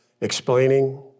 explaining